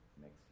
next